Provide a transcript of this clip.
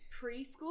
preschool